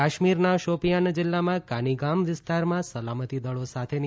કાશ્મીરના શોપિંયાન જિલ્લામાં કાનીગામ વિસ્તારમાં સલામતીદળો સાથેની